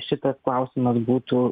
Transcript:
šitas klausimas būtų